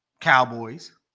cowboys